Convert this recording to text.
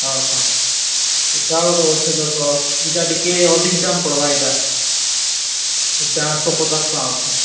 ହଁ ହଁ ଇଟା ଗୁଟେ ଅଛି ଦେଖ ଇଟା ଟିକେ ଅଧିକ ଦାମ୍ ପଡ଼ବା ଏଟା ଇଟା ଆଠଶହ ପଚାଶ ଟଙ୍କା ଅଛେ